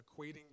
equating